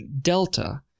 Delta